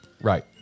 Right